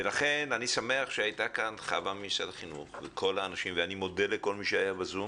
לכן אני שמח שהיתה כאן חוה ממשרד החינוך ואני מודה לכל מי שהיה בזום.